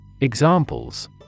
Examples